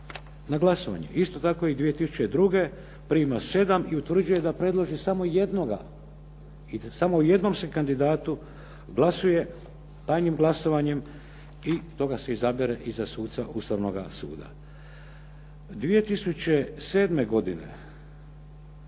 na glasovanje. Isto tako i 2004. prima 7 i utvrđuje da predloži samo jednoga, samo o jednom kandidatu se glasuje, tajnim glasovanjem i toga se izabere za suca Ustavnoga suda. 2007. godine